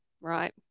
right